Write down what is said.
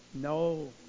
No